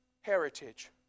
heritage